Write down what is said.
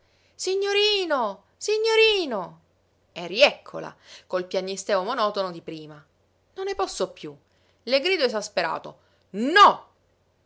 signorino signorino e rièccola col piagnisteo monotono di prima non ne posso piú le grido esasperato no